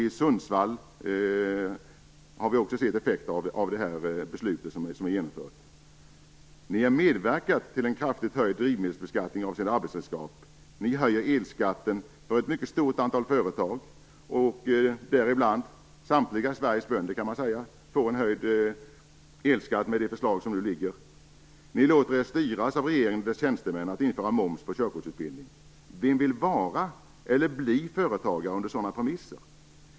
I Sundsvall har det också gått att se effekter av genomförda beslut. Ni har medverkat till en kraftigt höjd drivmedelsbeskattning avseende arbetsredskap. Ni höjer elskatten för ett mycket stort antal företag - samtliga Sveriges bönder får höjd elskatt med det förslag som nu ligger. Ni låter er styras av regeringen och dess tjänstemän när det gäller att införa moms på körkortsutbildning. Vem vill vara, eller bli, företagare under sådana premisser?